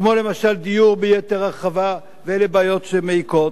כמו למשל דיור, ביתר הרחבה, ואלה בעיות שמעיקות,